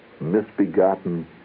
misbegotten